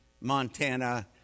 Montana